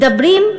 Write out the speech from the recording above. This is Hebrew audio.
מדברים,